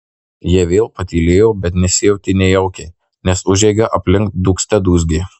jie vėl patylėjo bet nesijautė nejaukiai nes užeiga aplink dūgzte dūzgė